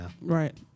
right